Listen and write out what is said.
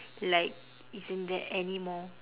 like isn't there anymore